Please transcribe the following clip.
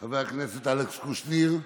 חבר הכנסת אלכס קושניר,